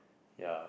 yeah